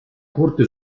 corte